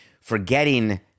Forgetting